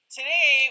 Today